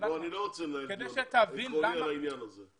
אני לא רוצה לנהל דיון עקרוני על העניין הזה.